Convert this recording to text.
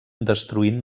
destruint